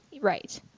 Right